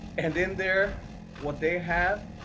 and then they're what they have.